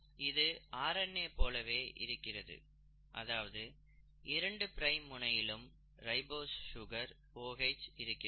இது R N A போலவே இருக்கிறது அதாவது இரண்டு பிரைம் முனையிலும் ரைபோஸ் சுகர் OH இருக்கிறது